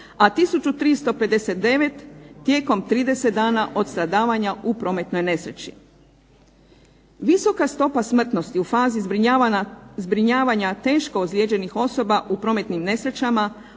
359 tijekom 30 dana od stradavanja u prometnoj nesreći. Visoka stopa smrtnosti u fazi zbrinjavanja teško ozlijeđenih osoba u prometnim nesrećama